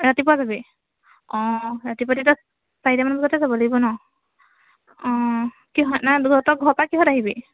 ৰাতিপুৱা যাবি অঁ ৰাতিপুৱা তেতিয়া চাৰিটামান বজাতে যাব লাগিব ন' অঁ কি হয় না তহঁতৰ ঘৰ পৰা কিহত আহিবি